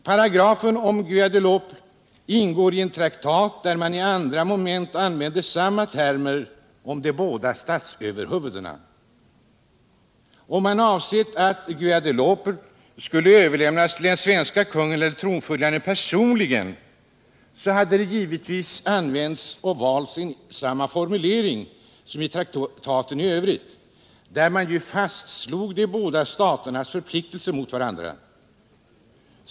Paragrafen om Guadeloupe ingår i en traktat, där man i andra moment använder samma termer om de båda statsöverhuvudena. Om man avsett att Guadeloupe skulle överlämnas till den svenske kungen eller tronföljaren personligen hade man givetvis inte valt samma formulering som i traktaten i övrigt, där man ju fastslog de båda staternas förpliktelser mot varandra.